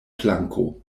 planko